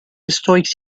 estoics